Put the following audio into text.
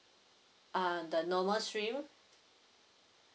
uh the normal stream